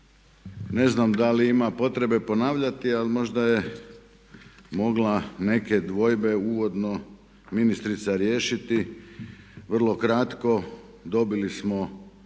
Ne znam da li ima potrebe ponavljati ali možda je mogla neke dvojbe uvodno ministrica riješiti vrlo kratko, dobili smo